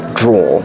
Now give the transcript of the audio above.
draw